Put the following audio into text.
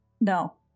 No